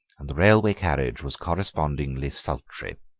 and the railway carriage was correspondingly sultry,